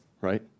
right